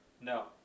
No